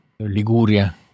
Liguria